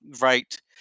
right